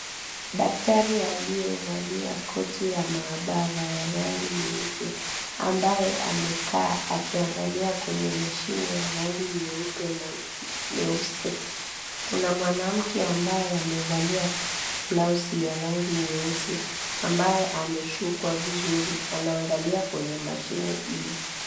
Daktari aliyevalia koti la maabara la rangi nyeupe, ambaye amekaa akiangalia kwenye mashini ya rangi nyeupe na nyeusi. Kuna mwanamke ambaye amevalia blausi ya rangi nyeusi ambaye ameshukwa vizuri, anaangalia kwenye mashine ile.